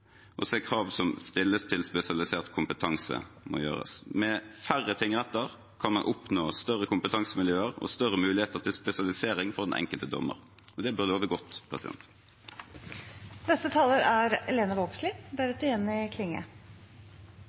og de krav som stilles til spesialisert kompetanse. Med færre tingretter kan man oppnå større kompetansemiljøer og større mulighet til spesialisering for den enkelte dommer.» Det bør